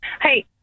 Hey